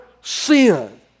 sin